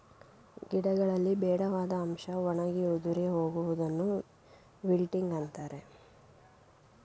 ಗಿಡಗಳಲ್ಲಿ ಬೇಡವಾದ ಅಂಶ ಒಣಗಿ ಉದುರಿ ಹೋಗುವುದನ್ನು ವಿಲ್ಟಿಂಗ್ ಅಂತರೆ